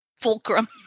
fulcrum